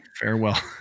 Farewell